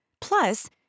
Plus